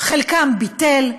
חלקן ביטל,